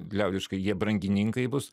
liaudiškai jie brangininkai bus